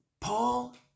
Paul